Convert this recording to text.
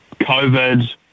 COVID